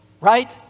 Right